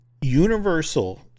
universal